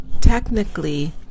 technically